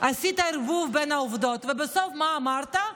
עשית ערבוב בין העובדות, ובסוף, מה אמרת?